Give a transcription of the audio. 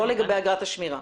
לא לגבי אגרת השמירה.